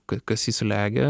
kas jį slegia